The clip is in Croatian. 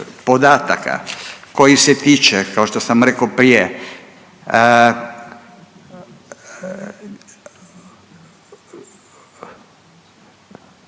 koji se tiče kao što sam reko prije